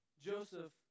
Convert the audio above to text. Joseph